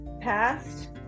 past